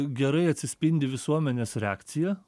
gerai atsispindi visuomenės reakcija